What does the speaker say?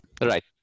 Right